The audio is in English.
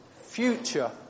future